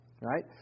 right